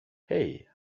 hey